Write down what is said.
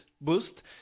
boost